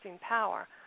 power